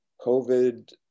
COVID